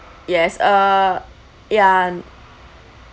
yes uh yeah